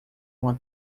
uma